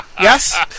yes